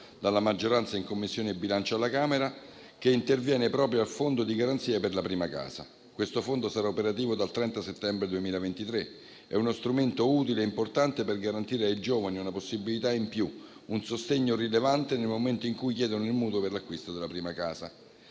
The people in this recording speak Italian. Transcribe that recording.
dalla maggioranza in Commissione bilancio alla Camera, che interviene proprio sul fondo di garanzia per la prima casa. Tale fondo sarà operativo dal 30 settembre 2023 ed è uno strumento utile e importante per garantire ai giovani una possibilità in più, un sostegno rilevante nel momento in cui chiedono il mutuo per l'acquisto della prima casa.